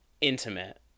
intimate